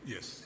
Yes